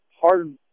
hard